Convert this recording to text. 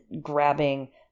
grabbing